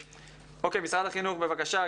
משרד החינוך, בבקשה.